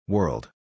World